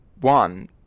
one